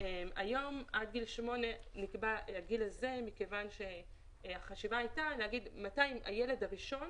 היום נקבע גיל שמונה מכיוון שהחשיבה הייתה מתי הילד הראשון